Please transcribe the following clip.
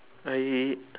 I